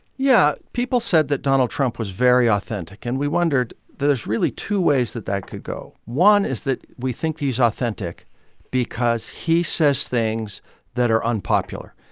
yeah. people said that donald trump was very authentic, and we wondered there's really two ways that that could go. one is that we think he's authentic because he says things that are unpopular.